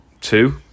two